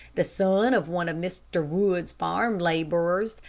the son of one of mr. wood's farm laborers,